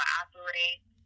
operate